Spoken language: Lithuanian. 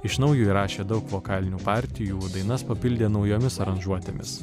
iš naujo įrašė daug vokalinių partijų dainas papildė naujomis aranžuotėmis